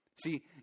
See